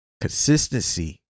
consistency